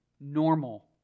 normal